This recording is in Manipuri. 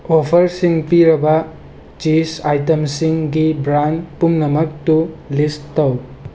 ꯑꯣꯐꯔꯁꯤꯡ ꯄꯤꯔꯕ ꯆꯤꯁ ꯑꯥꯏꯇꯝꯁꯤꯡꯒꯤ ꯕ꯭ꯔꯥꯟ ꯄꯨꯝꯅꯃꯛꯇꯨ ꯂꯤꯁ ꯇꯧ